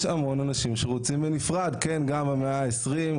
יש המון אנשים שרוצים בנפרד, כן גם במאה ה-20.